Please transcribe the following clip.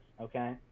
okay